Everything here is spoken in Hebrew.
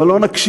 אבל לא נקשיב.